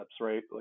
right